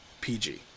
PG